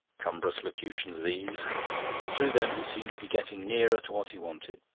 cumbrous locutions, these but through them he seemed to be getting nearer to what he wanted.